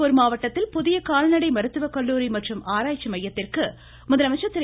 திருப்பூர் மாவட்டத்தில் புதிய கால்நடை மருத்துவக்கல்லூரி மற்றும் ஆராய்ச்சி மையத்திற்கு முதலமைச்சர் திரு